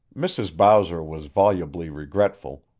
mrs. bowser was volubly regretful,